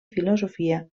filosofia